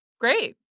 Great